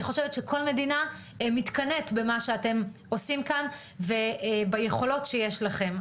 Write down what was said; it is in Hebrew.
חושבת שכל מדינה מתקנאת במה שאתם עושים כאן וביכולות שיש לכם,